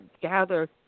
gather